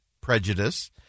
prejudice